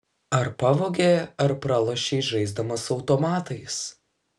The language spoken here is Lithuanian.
ar pavogė ar pralošei žaisdamas automatais